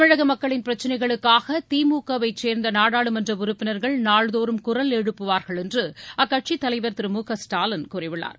தமிழக மக்களின் பிரச்சனைகளுக்காக திமுகவை சேர்ந்த நாடாளுமன்ற உறுப்பினர்கள் நாள்தோறும் குரல் எழுப்புவார்கள் என்று அக்கட்சியின் தலைவர் திரு மு க ஸ்டாலின் கூறியுள்ளார்